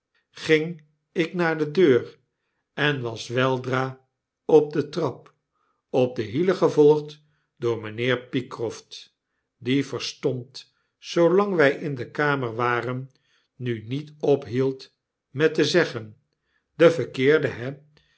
ging ik naar de deur en was weldra op de trap op de hielengevolgd door mynheer pycroft die verstomd zoolang wy in de kamer waren nu niet ophield met te zeggen de verkeerden he